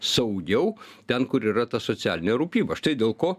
saugiau ten kur yra ta socialinė rūpyba štai dėl ko